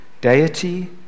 Deity